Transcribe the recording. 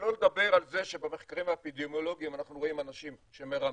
שלא לדבר על זה שבמחקרים האפידמיולוגיים אנחנו רואים אנשים שמרמים,